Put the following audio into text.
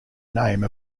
name